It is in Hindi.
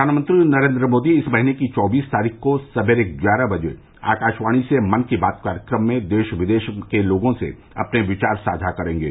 प्रधानमंत्री नरेन्द्र मोदी इस महीने की चौबीस तारीख को सवेरे ग्यारह बजे आकाशवाणी से मन की बात कार्यक्रम में देश विदेश के लोगों से अपने विचार साझा करेंगे